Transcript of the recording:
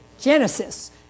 genesis